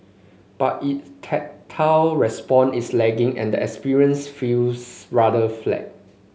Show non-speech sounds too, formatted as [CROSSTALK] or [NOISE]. but its [UNINTELLIGIBLE] tactile response is lacking and the experience feels rather flat